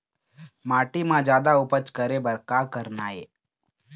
माटी म जादा उपज करे बर का करना ये?